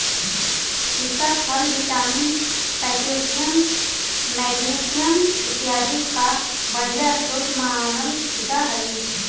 सीताफल vitamin, potassium, magnesium इत्यादि का बढ़िया स्रोत मानल जा हई